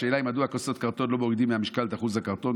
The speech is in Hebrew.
השאלה היא מדוע בכוסות קרטון לא מורידים מהמשקל את אחוז הקרטון,